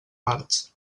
parts